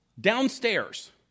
downstairs